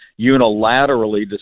unilaterally